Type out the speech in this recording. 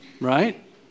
right